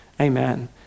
amen